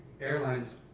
airlines